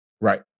Right